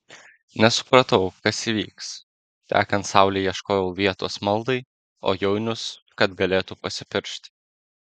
nesupratau kas įvyks tekant saulei ieškojau vietos maldai o jaunius kad galėtų pasipiršti